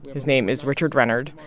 his name is richard rennard,